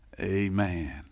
Amen